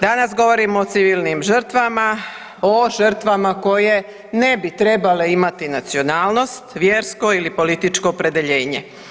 Danas govorimo o civilnim žrtvama, o žrtvama koje ne bi trebale imati nacionalnost, vjersko ili političko opredeljenje.